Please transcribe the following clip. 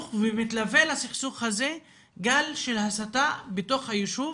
ומתלווה לסכסוך הזה גל של הסתה בתוך היישוב